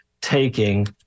taking